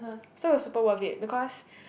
so it was super worth it because